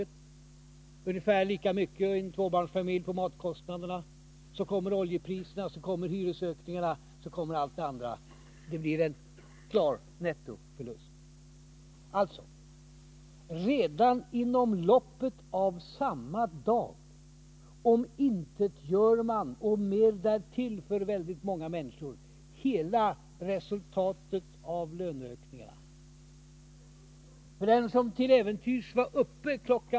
I en tvåbarnsfamilj försvinner sedan ungefär lika mycket till på grund av höjda matkostnader. Så kommer höjda oljepriser, hyreshöjningar och allt det andra. Det blir en klar nettoförlust. Redan inom loppet av samma dag omintetgör regeringen för väldigt många människor hela resultatet och mer därtill av löneförhandlingarna. En som till äventyrs var uppe kl.